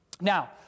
now